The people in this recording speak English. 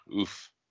Oof